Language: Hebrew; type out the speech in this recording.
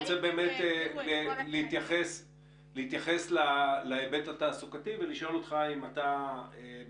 אני רוצה להתייחס להיבט התעסוקתי ולשאול אותך האם